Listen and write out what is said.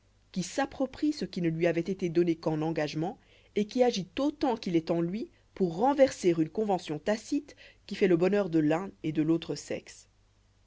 qui s'approprie ce qui ne lui avoit été donné qu'en engagement et qui agit autant qu'il est en lui pour renverser une convention tacite qui fait le bonheur de l'un et de l'autre sexe